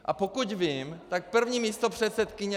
A pokud vím, tak první místopředsedkyně...